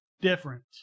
different